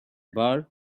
bar